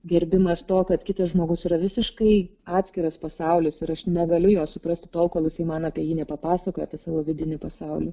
gerbimas to kad kitas žmogus yra visiškai atskiras pasaulis ir aš negaliu jo suprast tol kol jis man apie jį nepapasakoja apie savo vidinį pasaulį